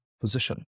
position